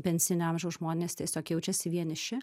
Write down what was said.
pensinio amžiaus žmonės tiesiog jaučiasi vieniši